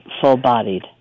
full-bodied